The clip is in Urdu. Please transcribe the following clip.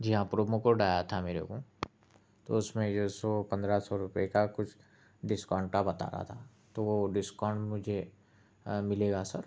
جی ہاں پرومو کوڈ آیا تھا میرے کو تو اس میں جو سو پندرہ سو روپیے کا کچھ ڈسکاؤنٹاں بتا رہا تھا تو ڈسکاؤنٹ مجھے ملے گا سر